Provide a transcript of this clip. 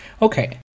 Okay